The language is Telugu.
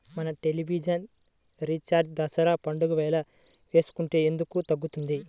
మన టెలివిజన్ రీఛార్జి దసరా పండగ వేళ వేసుకుంటే ఎందుకు తగ్గుతుంది?